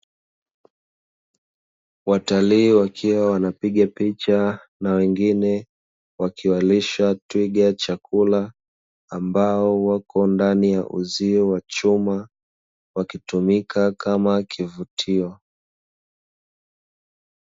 Watalii wakiwa wanapiga picha na wengine wakiwalisha twiga chakula, ambao wako ndani ya uzio wa chuma, wakitumika kama kivutio.